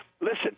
listen